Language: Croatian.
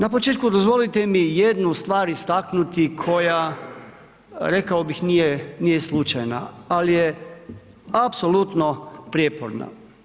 Na početku dozvolite mi jednu stvar istaknuti, koja, rekao bih nije slučajna, ali je apsolutno prijeporna.